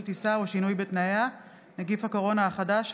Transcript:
טיסה או שינוי בתנאיה) (נגיף הקורונה החדש,